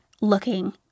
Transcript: looking